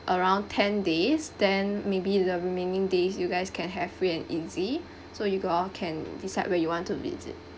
around ten days then maybe the remaining days you guys can have free and easy so you got all can decide where you want to visit